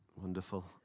Wonderful